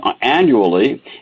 annually